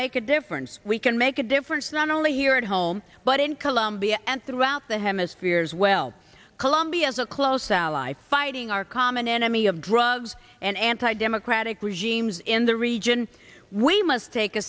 make a difference we can make a difference not only here at home but in colombia and throughout the hemisphere as well colombia as a close ally fighting our common enemy of drugs and anti democratic regimes in the region we must take a